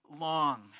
long